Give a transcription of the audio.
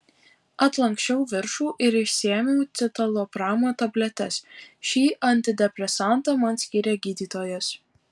atlanksčiau viršų ir išsiėmiau citalopramo tabletes šį antidepresantą man skyrė gydytojas